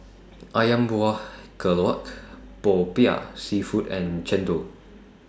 Ayam Buah Keluak Popiah Seafood and Chendol